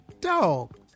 Dog